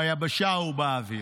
ביבשה ובאוויר.